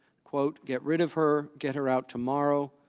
get rid of her, get her out tomorrow.